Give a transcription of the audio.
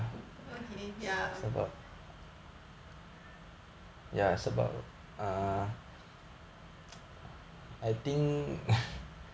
okay ya